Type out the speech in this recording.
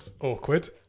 awkward